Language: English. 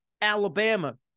Alabama